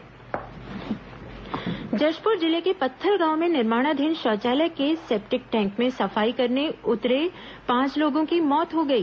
जहरीला गैस रिसाव मौत जशपुर जिले के पत्थलगांव में निर्माणाधीन शौचालय के सेप्टिक टैंक में सफाई करने उतरे पांच लोगों की मौत हो गई